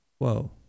Whoa